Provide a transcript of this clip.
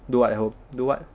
do [what] at home do [what]